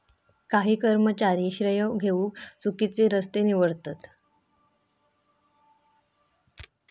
काही कर्मचारी श्रेय घेउक चुकिचे रस्ते निवडतत